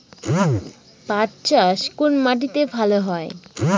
পাট চাষ কোন মাটিতে ভালো হয়?